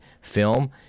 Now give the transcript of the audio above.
film